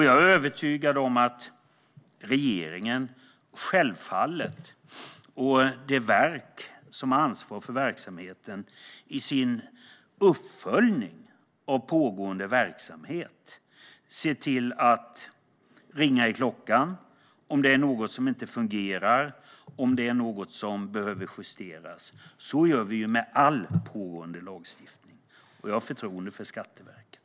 Jag är övertygad om att regeringen och det verk som har ansvar för verksamheten i sin uppföljning av pågående verksamhet ser till att ringa i klockan om det är något som inte fungerar och om det är något som behöver justeras. Så gör vi med all pågående lagstiftning. Jag har förtroende för Skatteverket.